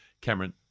Cameron